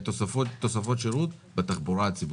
לתוספות שירות בתחבורה הציבורית.